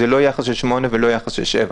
זה לא יחס של שמונה ולא יחס של שבע,